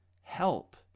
help